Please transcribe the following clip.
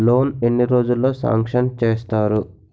Loan ఎన్ని రోజుల్లో sanction చేస్తారు?